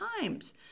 times